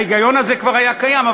ההיגיון הזה כבר היה קיים.